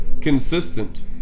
consistent